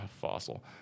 fossil